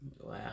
Wow